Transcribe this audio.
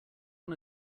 one